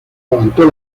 levantó